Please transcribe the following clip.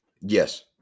Yes